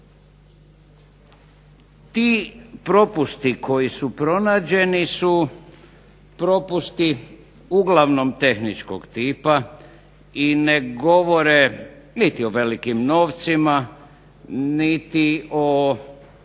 Ti propusti koji su pronađeni su propusti uglavnom tehničkog tipa i ne govore niti o velikim novcima niti o